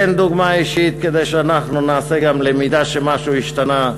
תן דוגמה אישית כדי שאנחנו נלמד שמשהו השתנה,